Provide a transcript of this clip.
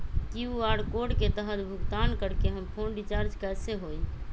QR code के तहद भुगतान करके हम फोन रिचार्ज कैसे होई?